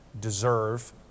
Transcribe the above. deserve